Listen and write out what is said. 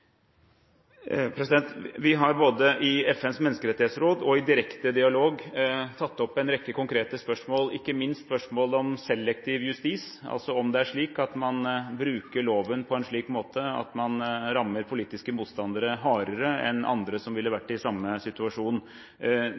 Vi har både i FNs menneskerettighetsråd og i direkte dialog tatt opp en rekke konkrete spørsmål, ikke minst spørsmålet om selektiv justis, altså om det er slik at man bruker loven på en slik måte at man rammer politiske motstandere hardere enn andre som ville vært i samme situasjon.